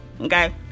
Okay